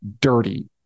dirty